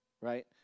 Right